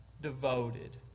devoted